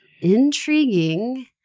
intriguing